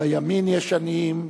בימין יש עניים,